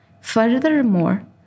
Furthermore